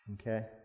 Okay